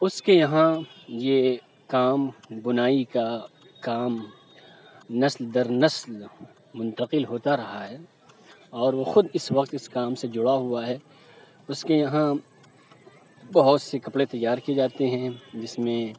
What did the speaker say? اس کے یہاں یہ کام بنائی کا کام نسل در نسل منتقل ہوتا رہا ہے اور وہ خود اس وقت اس کام سے جڑا ہوا ہے اس کے یہاں بہت سے کپڑے تیار کیے جاتے ہیں جس میں